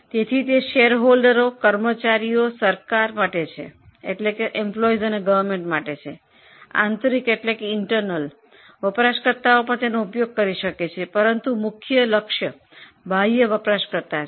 તેથી તે શેરહોલ્ડરો કર્મચારીઓ સરકાર માટે છે આંતરિક વપરાશકર્તાઓ પણ તેનો ઉપયોગ કરી શકે છે પરંતુ મુખ્ય બાહ્ય વપરાશકર્તા છે